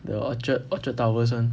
the orchard orchard towers [one]